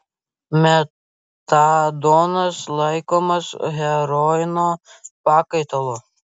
metadonas laikomas heroino pakaitalu